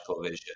vision